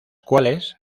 cuales